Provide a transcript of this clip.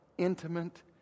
intimate